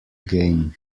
game